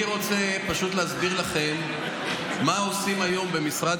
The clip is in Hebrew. אני רוצה פשוט להסביר לכם מה עושים היום במשרד